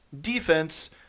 defense